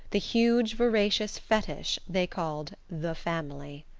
the huge voracious fetish they called the family.